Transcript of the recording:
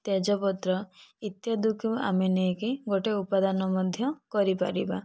ତେଜପତ୍ର ଇତ୍ୟାଦି କୁ ଆମେ ନେଇକି ଗୋଟିଏ ଉପାଦାନ ମଧ୍ୟ କରିପାରିବା